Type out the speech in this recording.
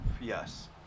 Yes